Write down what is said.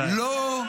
די.